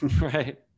Right